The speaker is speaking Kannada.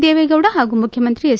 ದೇವೇಗೌಡ ಹಾಗೂ ಮುಖ್ಯಮಂತ್ರಿ ಎಚ್